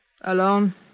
Alone